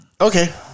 Okay